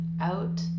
out